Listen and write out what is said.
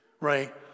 right